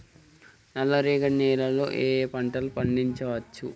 నల్లరేగడి నేల లో ఏ ఏ పంట లు పండించచ్చు?